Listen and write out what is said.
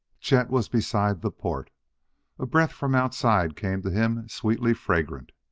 chet was beside the port a breath from outside came to him sweetly fragrant.